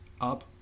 up